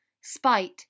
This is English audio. Spite